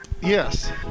Yes